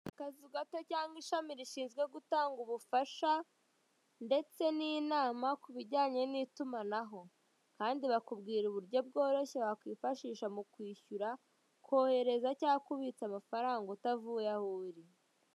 Akazu gato cyangwa ishami rishinzwe gutanga ubufasha ndetse n'inama ku bijyanye n'itumanaho. Kandi bakubwira uburyo bworoshye wakifashisha mu kwishyura, kohereza cyangwa kubitsa amafaranga utavuye aho uri.